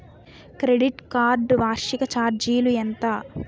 Credit card వార్షిక ఛార్జీలు ఎంత?